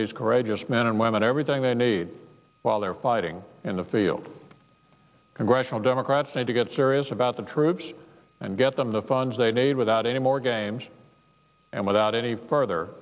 these courageous men and women everything they need while they're fighting in the field congressional democrats need to get serious about the troops and get them the funds they need without any more games and without any further